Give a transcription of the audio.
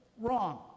Wrong